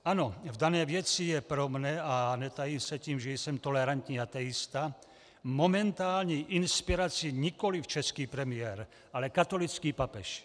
Ano, v dané věci je pro mne, a netajím se tím, že jsem tolerantní ateista, momentální inspirací nikoliv český premiér, ale katolický papež.